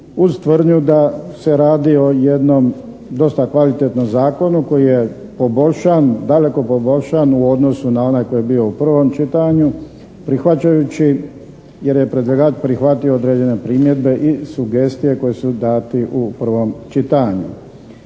tvrdnju da se radi o jednom dosta kvalitetnom zakonu koji je poboljšan daleko poboljšan u odnosu na onaj koji je bio u prvom čitanju, prihvaćajući jer je predlagač prihvatio određene primjedbe i sugestije koje su dati u prvom čitanju.